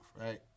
right